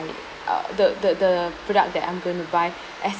uh the the the product that I'm going to buy